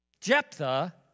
Jephthah